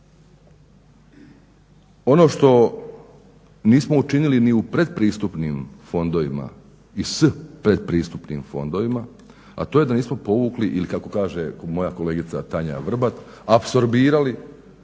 Ono što nismo učinili ni u pretpristupnim fondovima i s pretpristupnim fondovima, a to je da nismo povukli ili kako kaže moja kolegica Tanja Vrbat apsorbirali